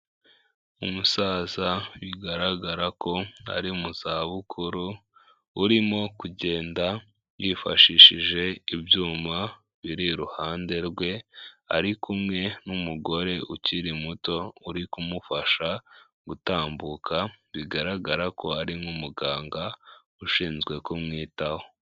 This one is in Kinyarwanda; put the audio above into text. Umusaza bigaragara ko ari mu izabukuru urimo kugenda yifashishije ibyuma biri iruhande rwe, ari kumwe n'umugore ukiri muto uri kumufasha gutambuka, bigaragara ko ari nk'umuganga ushinzwe kumwitaho.